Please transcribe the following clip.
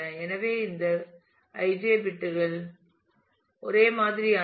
எனவே இந்த ij பிட்கள் ஒரே மாதிரியானவை